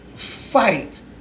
Fight